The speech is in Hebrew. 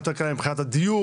יותר קל להם מבחינת הדיור,